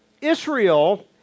Israel